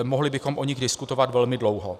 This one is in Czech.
Mohli bychom o nich diskutovat velmi dlouho.